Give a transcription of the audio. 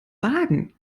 wagen